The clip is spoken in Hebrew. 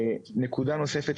נקודה נוספת,